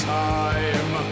time